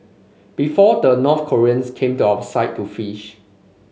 before the North Koreans came to our side to fish